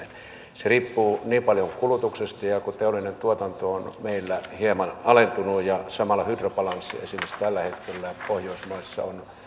se riippuu niin paljon kulutuksesta ja ja kun teollinen tuotanto on meillä hieman alentunut ja samalla hydrobalanssi esimerkiksi tällä hetkellä pohjoismaissa on